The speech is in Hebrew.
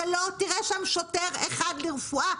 אתה לא תראה שם שוטר אחד לרפואה.